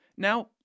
Now